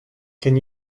can